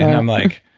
i'm like,